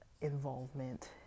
involvement